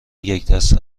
یکدست